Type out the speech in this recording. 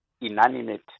inanimate